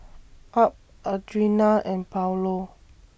Ab Audrina and Paulo